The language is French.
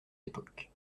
époques